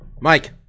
Mike